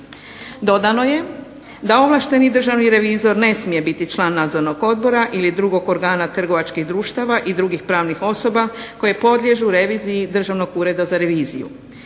Dodano je da ovlašteni državni revizor ne smije biti član nadzornog odbora ili drugog organa trgovačkih društava i drugih pravnih osoba koje podliježu reviziji Državnog ureda za reviziju.